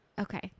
Okay